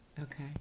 Okay